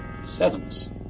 Sevens